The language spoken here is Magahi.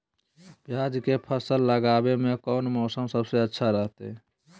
प्याज के फसल लगावे में कौन मौसम सबसे अच्छा रहतय?